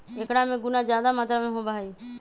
एकरा में गुना जादा मात्रा में होबा हई